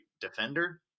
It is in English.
defender